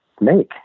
make